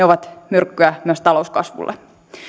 ovat myrkkyä myös talouskasvulle